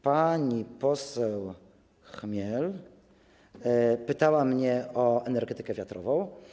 Pani poseł Chmiel pytała mnie o energetykę wiatrową.